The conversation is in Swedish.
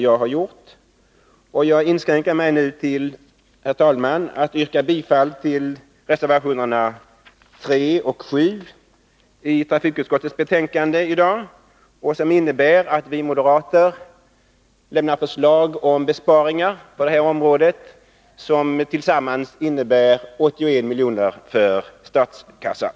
Jag inskränker mig därför nu, herr talman, till att yrka bifall till reservationerna 3 och 7 vid trafikutskottets betänkande nr 16, innebärande att vi moderater lämnar förslag om besparingar på detta område som tillsammans innebär 81 milj.kr. för statskassan.